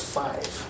five